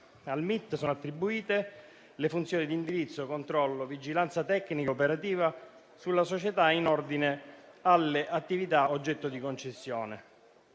Al MIT sono attribuite le funzioni di indirizzo, controllo, vigilanza tecnica e operativa sulla società in ordine alle attività oggetto di concessione.